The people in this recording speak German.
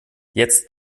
jetzt